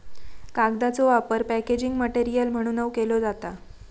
कागदाचो वापर packaging material म्हणूनव केलो जाता